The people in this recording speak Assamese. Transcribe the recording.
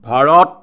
ভাৰত